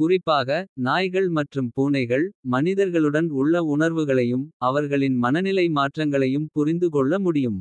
குறிப்பாக. நாய்கள் மற்றும் பூனைகள் மனிதர்களுடன் உள்ள உணர்வுகளையும். அவர்களின் மனநிலை மாற்றங்களையும் புரிந்துகொள்ள முடியும்.